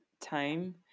time